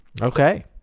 Okay